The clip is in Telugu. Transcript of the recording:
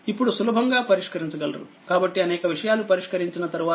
ఇప్పుడుసులభంగా పరిష్కరించగలరు కాబట్టి అనేక విషయాలు పరిష్కరించిన తరువాతRN3